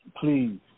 please